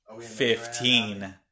Fifteen